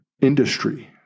industry